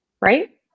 Right